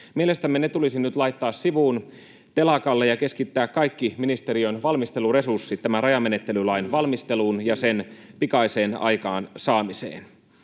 Mielestämme ne tulisi nyt laittaa sivuun, telakalle, ja keskittää kaikki ministeriön valmisteluresurssit tämän rajamenettelylain valmisteluun ja sen pikaiseen aikaansaamiseen